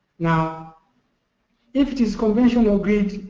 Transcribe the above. now if it is conventional grid,